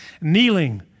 Kneeling